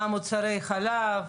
גם מוצרי חלב,